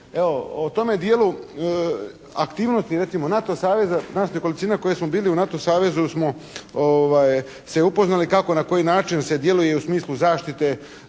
evo u tome dijelu aktivnosti recimo NATO saveza, nas nekolicina koji smo bili u NATO savezu smo se upoznali kako i na koji način se djeluje i u smislu zaštite